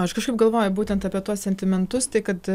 aš kažkaip galvoju būtent apie tuos sentimentus tai kad